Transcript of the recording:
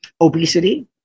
Obesity